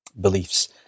beliefs